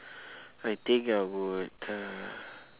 I think I would uh